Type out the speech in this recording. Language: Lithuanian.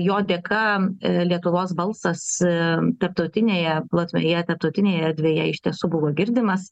jo dėka lietuvos balsas tarptautinėje plotmėje tarptautinėje erdvėje iš tiesų buvo girdimas